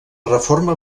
reforma